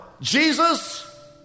Jesus